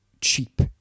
cheap